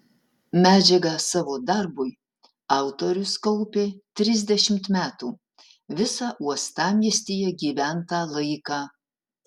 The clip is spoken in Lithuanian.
medžiagą savo darbui autorius kaupė trisdešimt metų visą uostamiestyje gyventą laiką